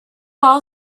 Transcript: ball